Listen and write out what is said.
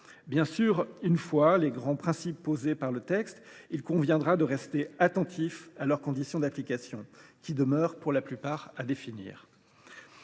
Bien sûr, une fois les grands principes posés par le texte, il conviendra de rester attentifs à leurs conditions d’application, qui demeurent pour la plupart à définir.